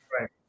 Right